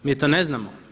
Mi to ne znamo.